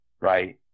Right